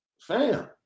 Fam